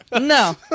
no